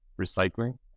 recycling